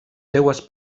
seues